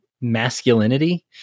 masculinity